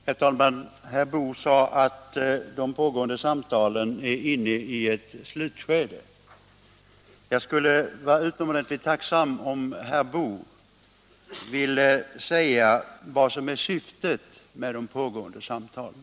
Herr talman! Herr Boo sade att det pågående samtalen är inne i ett slutskede. Jag skulle vara utomordentligt tacksam, om herr Boo ville säga vad som är syftet med de pågående samtalen.